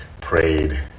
prayed